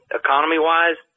economy-wise